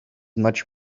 much